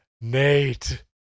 Nate